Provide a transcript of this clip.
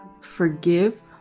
Forgive